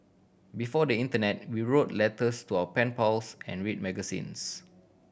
before the internet we wrote letters to our pen pals and read magazines